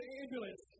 ambulance